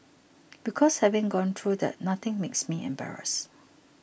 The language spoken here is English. because having gone through that nothing makes me embarrassed